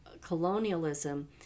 colonialism